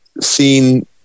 seen